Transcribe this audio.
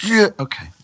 okay